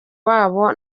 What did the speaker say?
wabwo